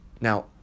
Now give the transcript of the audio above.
Now